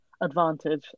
advantage